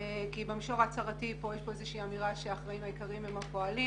מכיוון שבמישור ההצהרתי יש כאן אמירה שהאחראים העיקריים הם הפועלים